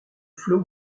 flot